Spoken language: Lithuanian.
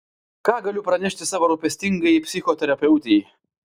ką galiu pranešti savo rūpestingajai psichoterapeutei